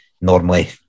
Normally